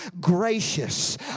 gracious